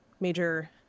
major